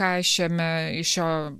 ką šiame iš šio